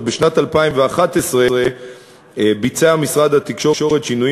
אז בשנת 2011 ביצע משרד התקשורת שינויים